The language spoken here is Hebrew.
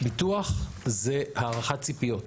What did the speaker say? ביטוח זה הערכת ציפיות.